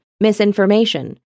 misinformation